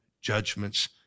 judgments